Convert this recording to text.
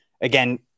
again